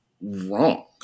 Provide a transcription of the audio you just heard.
wrong